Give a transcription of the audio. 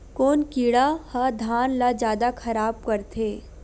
कोन कीड़ा ह धान ल जादा खराब करथे?